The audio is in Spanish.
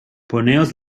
poneos